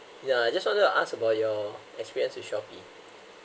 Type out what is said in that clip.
ya just wanted to ask about your experience with Shopee